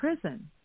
prison